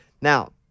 Now